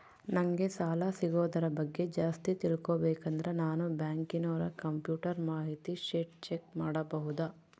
ನಂಗೆ ಸಾಲ ಸಿಗೋದರ ಬಗ್ಗೆ ಜಾಸ್ತಿ ತಿಳಕೋಬೇಕಂದ್ರ ನಾನು ಬ್ಯಾಂಕಿನೋರ ಕಂಪ್ಯೂಟರ್ ಮಾಹಿತಿ ಶೇಟ್ ಚೆಕ್ ಮಾಡಬಹುದಾ?